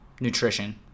nutrition